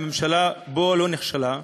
שבו הממשלה לא נכשלה.